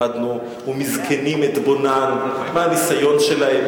למדנו: "ומזקנים אתבונן" מהניסיון שלהם,